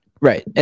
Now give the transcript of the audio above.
right